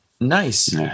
Nice